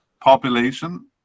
population